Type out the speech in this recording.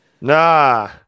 Nah